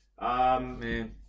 Man